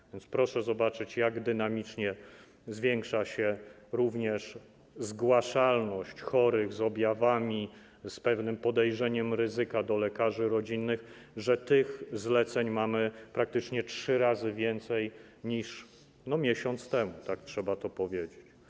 Tak więc proszę zobaczyć, jak dynamicznie zwiększa się również zgłaszalność chorych z objawami, z pewnym podejrzeniem ryzyka do lekarzy rodzinnych, tak że tych zleceń mamy praktycznie trzy razy więcej niż miesiąc temu - tak trzeba powiedzieć.